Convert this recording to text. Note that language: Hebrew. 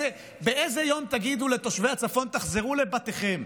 באיזה יום תגידו לתושבי הצפון: תחזרו לבתיכם?